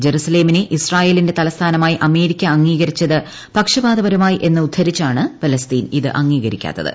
ഇസ്രയേലിന്റെ ജറുസലേമിനെ തലസ്ഥാനമായി അമേരിക്ക അംഗീകരിച്ചത് പക്ഷപാതപരമായി എന്ന് ഉദ്ധരിച്ചാണ് പലസ്തീൻ ഇത് അംഗീകരിക്കാത്തത്